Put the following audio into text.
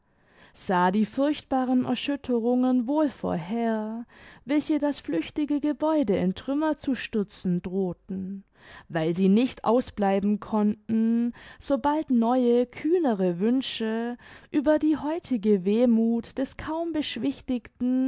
sah die furchtbaren erschütterungen wohl vorher welche das flüchtige gebäude in trümmer zu stürzen drohten weil sie nicht ausbleiben konnten sobald neue kühnere wünsche über die heutige wehmuth des kaum beschwichtigten